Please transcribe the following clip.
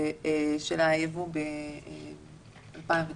של היבוא ב-2019.